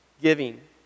giving